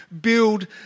build